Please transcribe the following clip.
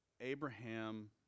Abraham